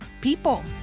people